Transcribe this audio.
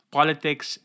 Politics